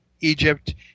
Egypt